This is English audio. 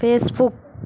Facebook